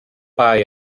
bai